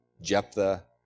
Jephthah